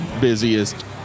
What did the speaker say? busiest